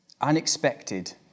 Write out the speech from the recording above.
unexpected